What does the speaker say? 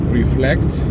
reflect